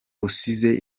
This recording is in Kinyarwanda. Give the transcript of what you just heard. usize